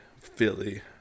Philly